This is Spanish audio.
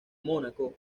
mónaco